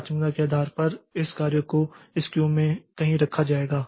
प्राथमिकता के आधार पर इस कार्य को इस क्यू में कहीं रखा जाएगा